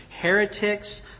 heretics